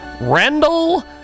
Randall